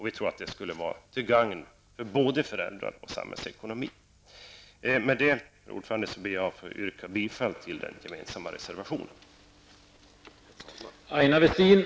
Vi tror att det skulle vara till gagn för både föräldrarna och samhällsekonomin. Herr talman! Med det anförda ber jag att få yrka bifall till den gemensamma borgerliga reservationen.